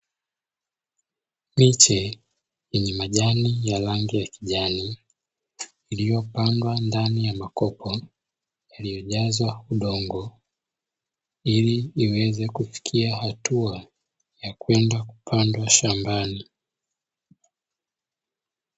Miche yenye majani ya rangi ya kijani iliyopandwa ndani ya makopo yaliyojazwa udongo, ili iweze kufikia hatua ya kwenda kupandwa shambani.